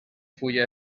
fulla